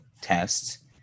tests